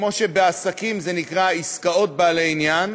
כמו שבעסקים זה נקרא "עסקאות בעלי עניין"